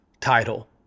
title